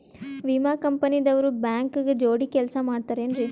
ವಿಮಾ ಕಂಪನಿ ದವ್ರು ಬ್ಯಾಂಕ ಜೋಡಿ ಕೆಲ್ಸ ಮಾಡತಾರೆನ್ರಿ?